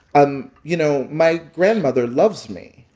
um you know, my grandmother loves me.